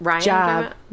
Job